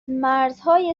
مرزهای